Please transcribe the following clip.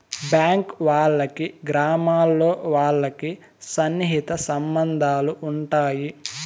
bank వాళ్ళకి గ్రామాల్లో వాళ్ళకి సన్నిహిత సంబంధాలు ఉంటాయి